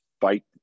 fight